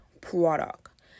product